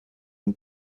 dem